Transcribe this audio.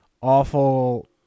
awful